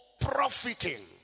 profiting